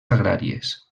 agràries